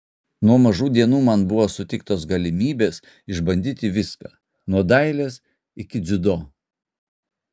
nuo mažų dienų man buvo suteiktos galimybės išbandyti viską nuo dailės iki dziudo